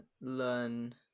learn